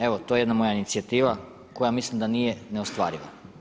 Evo to je jedna moja inicijativa koja mislim da nije neostvariva.